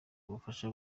ubufasha